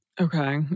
Okay